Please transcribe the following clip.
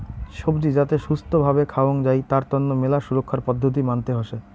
সবজি যাতে ছুস্থ্য ভাবে খাওয়াং যাই তার তন্ন মেলা সুরক্ষার পদ্ধতি মানতে হসে